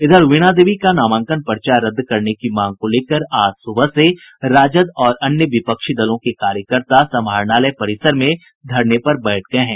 इधर वीणा देवी का नामांकन पर्चा रद्द करने की मांग को लेकर आज सुबह से राजद और अन्य विपक्षी दलों के कार्यकर्ता समाहरणालय परिसर में धरने पर बैठ गये हैं